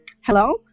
Hello